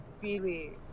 believe